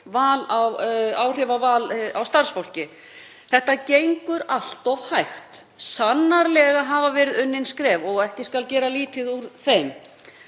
áhrif á val á starfsfólki. Það gengur allt of hægt. Sannarlega hafa verið stigin skref og ekki skal gera lítið úr þeim.